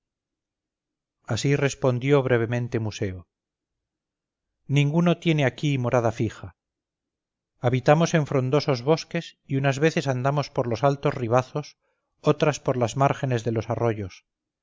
así respondió brevemente museo ninguno tiene aquí morada fija habitamos en frondosos bosques y una veces andamos por los altos ribazos otras por las márgenes de los arroyos